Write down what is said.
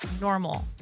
normal